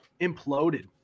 imploded